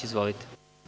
Izvolite.